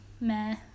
meh